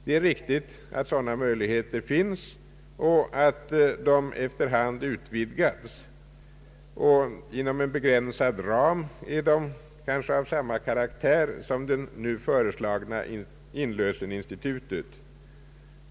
Det är riktigt att sådana möjligheter finns, att de efter hand utvidgats och att de inom en begränsad ram är av samma karaktär som det nu föreslagna inlöseninstitutet.